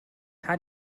how